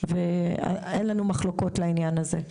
ואין לנו מחלוקות בעניין הזה.